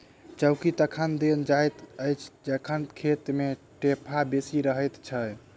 चौकी तखन देल जाइत अछि जखन खेत मे ढेपा बेसी रहैत छै